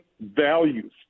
values